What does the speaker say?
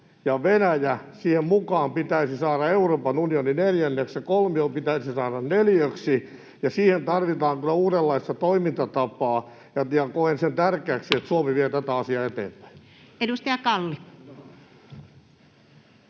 Venäjä, pitäisi mukaan saada Euroopan unioni neljänneksi. Se kolmio pitäisi saada neliöksi, ja siihen tarvitaan kyllä uudenlaista toimintatapaa. Koen sen tärkeäksi, että Suomi vie tätä asiaa eteenpäin. Edustaja Kalli.